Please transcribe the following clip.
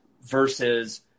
versus